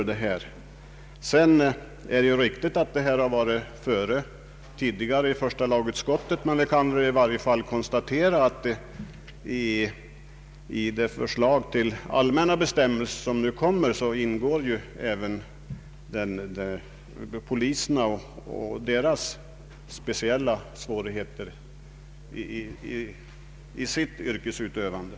Det är riktigt att detta ärende har behandlats tidigare i första lagutskottet. Men vi kan i varje fall konstatera att det förslag till allmänna bestämmel ser om ersättning för skador genom brott, som nu kommer att framläggas, även omfattar poliserna och de svårigheter de har i sin yrkesutövning.